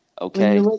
Okay